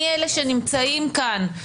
מי אלה שנמצאים כאן,